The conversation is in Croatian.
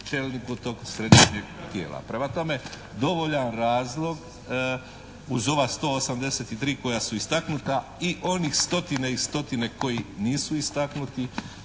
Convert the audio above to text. čelniku tog središnjeg tijela. Prema tome, dovoljan razlog uz ova 183 koja su istaknuta i onih stotine i stotine koji nisu istaknuti